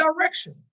direction